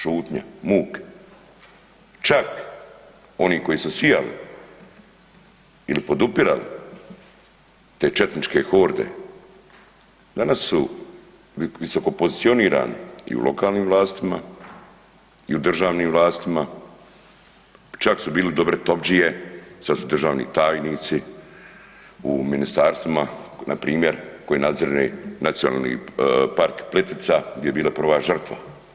Šutnja, muk čak oni koji su sijali ili podupirali te četničke horde danas su visokopozicionirani i u lokalnim vlastima i u državnim vlastima, čak su bili dobre topdžije sad su državni tajnici u ministarstvima npr. koji nadzire Nacionalni park Plitvica gdje je bila prva žrtva.